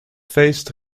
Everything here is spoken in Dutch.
feest